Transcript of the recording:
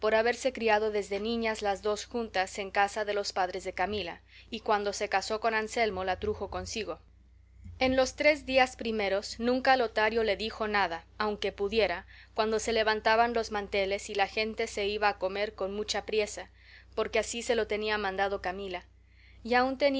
haberse criado desde niñas las dos juntas en casa de los padres de camila y cuando se casó con anselmo la trujo consigo en los tres días primeros nunca lotario le dijo nada aunque pudiera cuando se levantaban los manteles y la gente se iba a comer con mucha priesa porque así se lo tenía mandado camila y aun